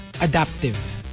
adaptive